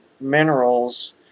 minerals